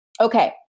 Okay